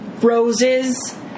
roses